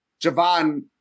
Javon